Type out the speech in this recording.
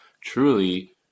truly